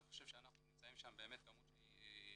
אני חושב שאנחנו נמצאים שם באמת בכמות גבוהה,